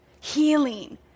healing